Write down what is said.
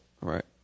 right